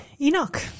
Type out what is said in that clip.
Enoch